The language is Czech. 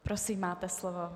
Prosím, máte slovo.